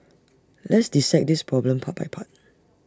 let's dissect this problem part by part